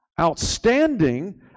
outstanding